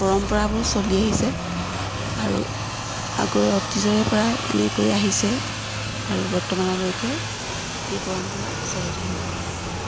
পৰম্পৰাবোৰ চলি আহিছে আৰু আগৰে অতীজৰে পৰাই এনেকৈয়ে আহিছে আৰু বৰ্তমানলৈকে এই পৰম্পৰা চলি থাকিব